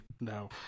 no